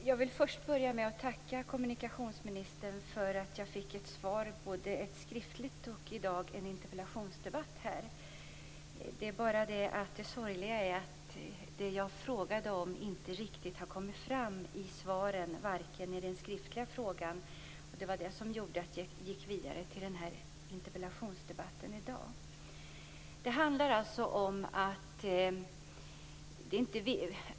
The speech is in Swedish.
Fru talman! Jag vill börja med att tacka kommunikationsministern för hennes skriftliga svar tidigare och för svaret i dagens interpellationsdebatt. Det sorgliga är dock att det jag frågat om inte riktigt har kommit fram i ministerns svar. Så var det alltså även även med det skriftliga svaret på min fråga. Det gjorde att jag gick vidare med den interpellation som besvaras i interpellationsdebatten i dag.